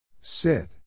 Sit